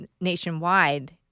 nationwide